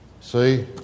See